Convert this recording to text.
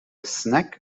snack